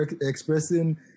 expressing